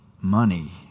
money